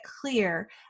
clear